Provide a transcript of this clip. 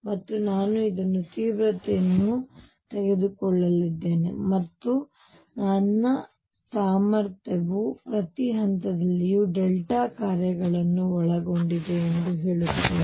ಮತ್ತು ನಾನು ಇದರಲ್ಲಿ ತೀವ್ರತೆಯನ್ನು ತೆಗೆದುಕೊಳ್ಳಲಿದ್ದೇನೆ ಮತ್ತು ನನ್ನ ಸಾಮರ್ಥ್ಯವು ಪ್ರತಿ ಹಂತದಲ್ಲಿ ಡೆಲ್ಟಾ ಕಾರ್ಯಗಳನ್ನು ಒಳಗೊಂಡಿದೆ ಎಂದು ಹೇಳುತ್ತೇನೆ